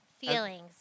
feelings